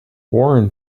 warren